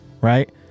Right